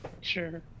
Sure